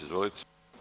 Izvolite.